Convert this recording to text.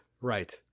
Right